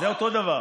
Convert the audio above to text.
זה אותו דבר.